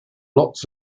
lots